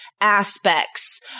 aspects